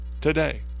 today